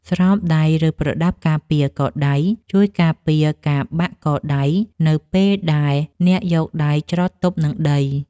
ស្រោមដៃ ឬប្រដាប់ការពារកដៃ ជួយការពារការបាក់កដៃនៅពេលដែលអ្នកយកដៃជ្រត់ទប់នឹងដី។